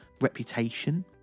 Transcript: reputation